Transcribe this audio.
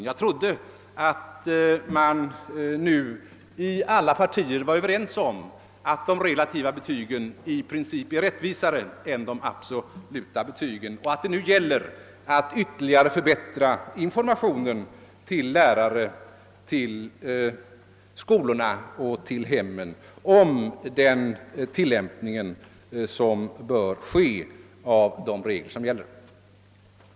Jag trodde att man nu i alla partier var överens om att de relativa betygen i princip är rättvisare än de absoluta och att det nu gäller att ytterligare förbättra informationen till lärarna, till skolorna och till hemmen om den tillämpning av de gällande reglerna som bör ske.